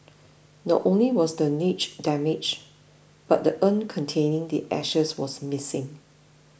not only was the niche damaged but the urn containing the ashes was missing